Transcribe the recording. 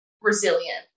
resilient